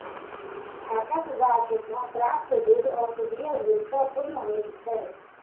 आकक गाछ सॅ प्राप्त दूध औषधीय गुण सॅ पूर्ण होइत छै